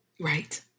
Right